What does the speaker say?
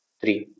three